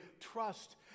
trust